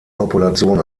population